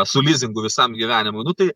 su lizingu visam gyvenimui nu tai